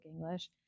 English